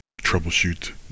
troubleshoot